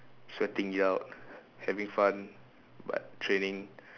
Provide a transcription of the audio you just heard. sweating it out having fun but training